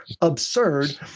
absurd